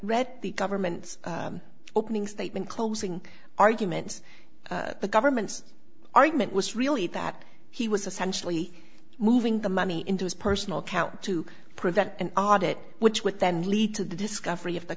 read the government's opening statement closing argument the government's argument was really that he was essentially moving the money into his personal account to prevent an audit which would then lead to the discovery of the